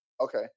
Okay